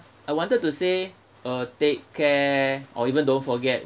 I wanted to say uh take care or even don't forget